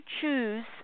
choose